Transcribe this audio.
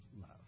love